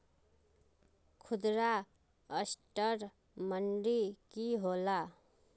खुदरा असटर मंडी की होला?